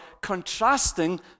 contrasting